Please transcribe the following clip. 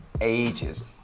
ages